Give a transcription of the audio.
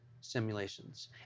simulations